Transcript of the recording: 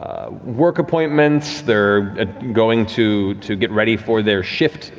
work appointments, they're ah going to to get ready for their shift,